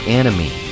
enemy